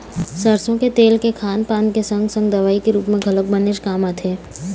सरसो के तेल के खान पान के संगे संग दवई के रुप म घलोक बनेच काम आथे